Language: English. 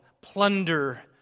plunder